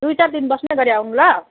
दुई चार दिन बस्ने गरी आउनु ल